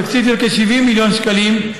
בתקציב של כ-70 מיליון שקלים,